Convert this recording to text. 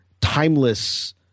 timeless